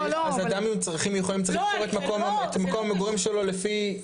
אדם עם צרכים מיוחדים צריך לבחור את מקום המגורים שלו לפי ---?